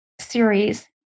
series